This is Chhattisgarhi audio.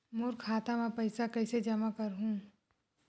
मोर खाता म पईसा कइसे जमा करहु?